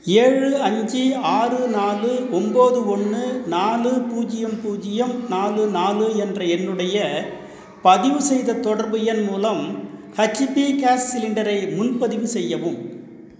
ஏழு அஞ்சு ஆறு நாலு ஒம்பது ஒன்று நாலு பூஜ்ஜியம் பூஜ்ஜியம் நாலு நாலு என்ற என்னுடைய பதிவு செய்த தொடர்பு எண் மூலம் ஹெச்பி கேஸ் சிலிண்டரை முன்பதிவு செய்யவும்